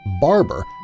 barber